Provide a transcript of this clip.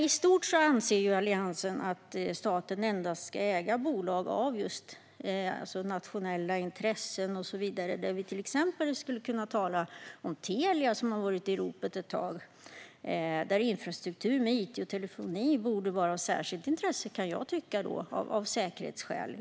I stort anser Alliansen att staten endast ska äga bolag av just nationella intressen och så vidare. Vi skulle till exempel kunna tala om Telia, som har varit i ropet ett tag. Infrastruktur med it och telefoni borde vara av särskilt intresse, kan jag tycka, inte minst av säkerhetsskäl.